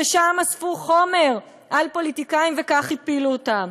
ששם אספו חומר על פוליטיקאים וכך הפילו אותם.